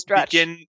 begin